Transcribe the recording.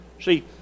See